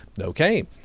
Okay